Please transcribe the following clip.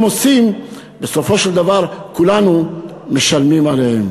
עושים בסופו של דבר כולנו משלמים עליהן.